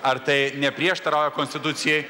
ar tai neprieštarauja konstitucijai